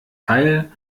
teil